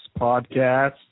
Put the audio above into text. podcast